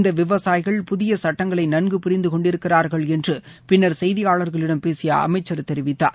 இந்த விவசாயிகள் புதிய சட்டங்களை நன்கு புரிந்து கொண்டிருக்கிறார்கள் என்று பின்னர் செய்தியாளர்களிடம் பேசிய அமைச்சர் தெரிவித்தார்